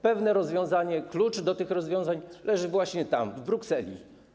Pewne rozwiązanie, klucz do tych rozwiązań leży właśnie tam, w Brukseli.